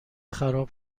خراب